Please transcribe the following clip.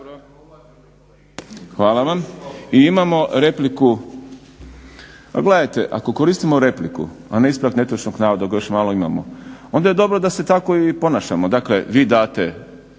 Hvala vam. I imamo repliku. Pa gledajte, ako koristimo repliku, a ne ispravak netočnog navoda kojega dok ga još malo imamo onda je dobro da se tako i ponašamo. Dakle, vi date